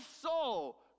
soul